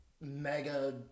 mega